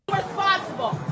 responsible